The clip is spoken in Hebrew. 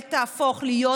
תודה, גברתי.